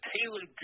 Taylor